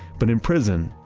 but in prison,